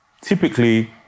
typically